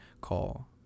call